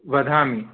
वदामि